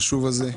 החשוב הזה.